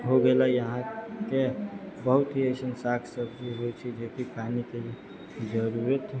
हो गेलै अहाँके बहुत ही अइसन साग सब्जी होइ छै जैके पानि के जरूरत